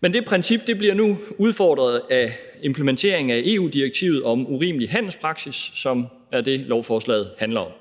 Men det princip bliver nu udfordret af implementeringen af EU-direktivet om urimelig handelspraksis, som er det, lovforslaget handler om.